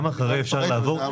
גם אחרי אפשר לעבור.